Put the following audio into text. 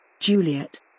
Juliet